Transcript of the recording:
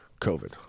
COVID